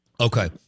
Okay